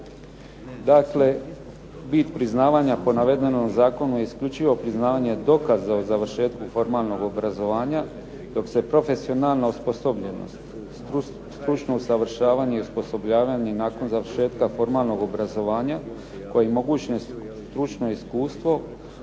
Dakle, bit priznavanja po navedenom zakonu je isključivo priznavanja dokaze o završetku formalnog obrazovanja dok se profesionalna osposobljenost stručno usavršavanje i osposobljavanje nakon završetka formalnog obrazovanja koji mogućnost stručno iskustvo